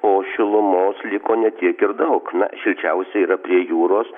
o šilumos liko ne tiek ir daug na šilčiausia yra prie jūros